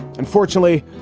unfortunately,